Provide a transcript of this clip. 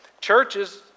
Churches